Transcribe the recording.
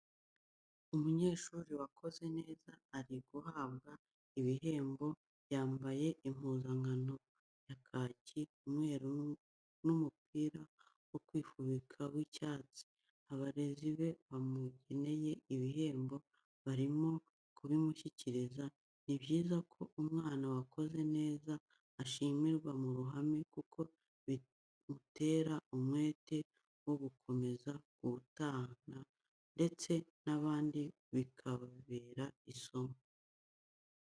Umunyeshuri wakoze neza ari guhabwa ibihembo, yambaye impuzankano ya kaki, umweru n'umupira wo kwifubika w'icyatsi, abarezi be bamugeneye ibihembo barimo kubimushyikiriza, ni byiza ko umwana wakoze neza ashimirwa mu ruhame kuko bimutera umwete wo gukomeza guhatana ndetse n'abandi bikababera isomo.